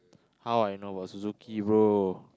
how I know about Suzuki bro